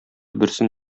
берсен